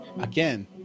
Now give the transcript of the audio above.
Again